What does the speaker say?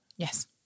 Yes